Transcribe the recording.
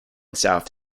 south